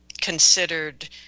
considered